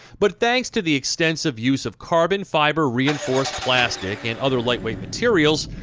but thanks to the extensive use of carbon fiber reinforced plastic and other lightweight materials,